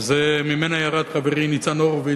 וממנה ירד חברי ניצן הורוביץ,